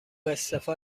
استعفا